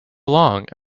long